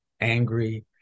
angry